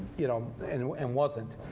you know and know and wasn't.